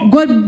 God